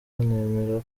nemera